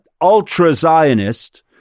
ultra-Zionist